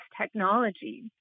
technology